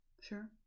sure